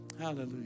Hallelujah